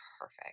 perfect